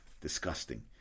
Disgusting